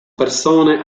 persone